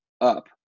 up